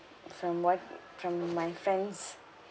from what from my friends